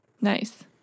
nice